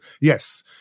yes